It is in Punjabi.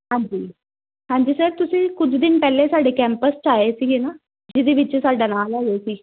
ਹਾਂਜੀ ਹਾਂਜੀ ਸਰ ਤੁਸੀਂ ਕੁਝ ਦਿਨ ਪਹਿਲਾਂ ਸਾਡੇ ਕੈਂਪਸ 'ਚ ਆਏ ਸੀਗੇ ਨਾ ਜਿਹਦੇ ਵਿੱਚ ਸਾਡਾ ਨਾਂ ਲੈ ਰਹੇ ਸੀ